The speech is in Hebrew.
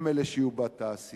הם אלה שיהיו בתעשייה,